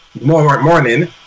morning